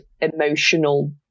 emotional